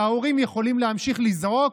וההורים יכולים להמשיך לזעוק,